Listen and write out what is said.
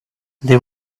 they